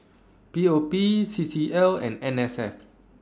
P O P C C L and N S F